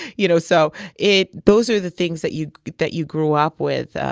you know, so it those are the things that you that you grew up with,